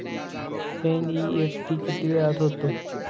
NEFT किती वेळात होते?